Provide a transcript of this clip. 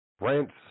rents